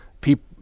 people